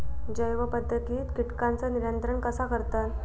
जैव पध्दतीत किटकांचा नियंत्रण कसा करतत?